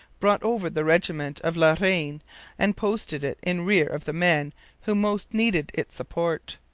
brought over the regiment of la reine and posted it in rear of the men who most needed its support.